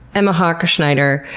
emma hoch-schneider,